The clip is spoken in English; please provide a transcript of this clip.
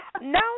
No